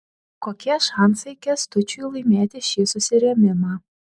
kokie šansai kęstučiui laimėti šį susirėmimą